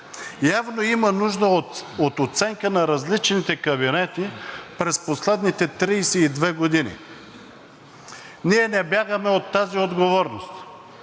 Явно има нужда от оценка на различните кабинети през последните 32 години. Ние не бягаме от тази отговорност.